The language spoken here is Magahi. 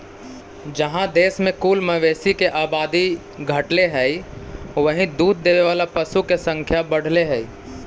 जहाँ देश में कुल मवेशी के आबादी घटले हइ, वहीं दूध देवे वाला पशु के संख्या बढ़ले हइ